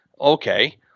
Okay